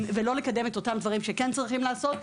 ולא לקדם את אותם דברים שכן צריך לעשות.